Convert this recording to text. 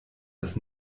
das